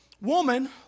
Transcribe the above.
Woman